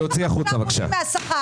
להוציא החוצה בבקשה.